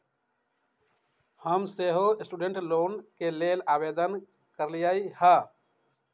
हम सेहो student loan के लेल आवेदन कलियइ ह